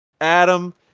Adam